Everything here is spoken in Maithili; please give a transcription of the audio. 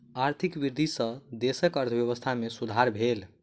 आर्थिक वृद्धि सॅ देशक अर्थव्यवस्था में सुधार भेल